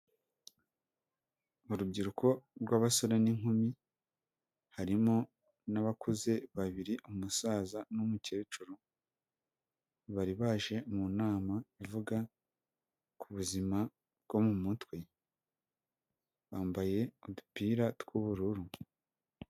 Mu rubyiruko rw'abasore n'inkumi harimo n'abakuze babiri umusaza n'umukecuru, bari baje mu nama ivuga ku buzima bwo mu mutwe, bambaye udupira tw'ubururu.